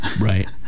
Right